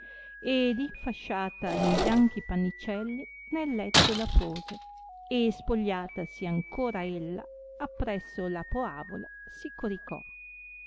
e le rene ed infasciata in bianchi pannicelli nel letto la pose e spogliatasi ancora ella appresso la poavola si coricò